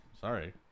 Sorry